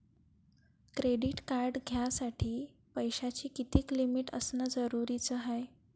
Credit card घ्यासाठी पैशाची कितीक लिमिट असनं जरुरीच हाय?